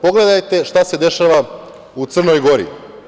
Pogledajte šta se dešava u Crnoj Gori.